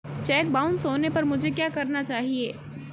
Check bounce होने पर मुझे क्या करना चाहिए?